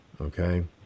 Okay